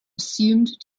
assumed